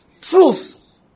Truth